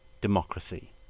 democracy